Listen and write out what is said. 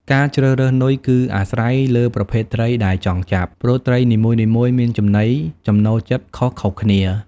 ការជ្រើសរើសនុយគឺអាស្រ័យលើប្រភេទត្រីដែលចង់ចាប់ ព្រោះត្រីនីមួយៗមានចំណីចំណូលចិត្តខុសៗគ្នា។